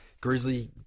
grizzly